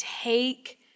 take